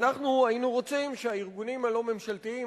היינו רוצים שהארגונים הלא-ממשלתיים,